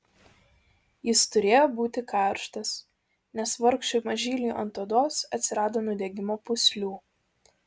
jis turėjo būti karštas nes vargšui mažyliui ant odos atsirado nudegimo pūslių